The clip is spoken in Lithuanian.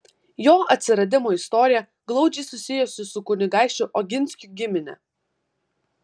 jo atsiradimo istorija glaudžiai susijusi su kunigaikščių oginskių gimine